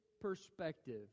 perspective